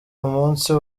umunsi